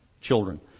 children